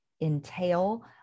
entail